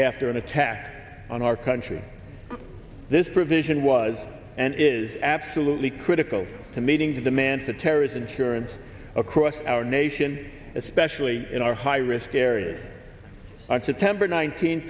after an attack on our country this provision was and is absolutely critical to meeting the man to terrorism insurance across our nation especially in our high risk areas on september nineteenth